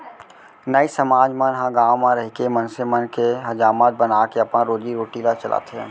नाई समाज मन ह गाँव म रहिके मनसे मन के हजामत बनाके अपन रोजी रोटी ल चलाथे